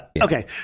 Okay